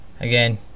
again